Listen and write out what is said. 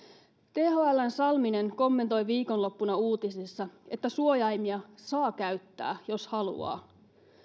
thln salminen kommentoi viikonloppuna uutisissa että suojaimia saa käyttää jos haluaa